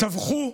טבחו,